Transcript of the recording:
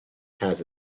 has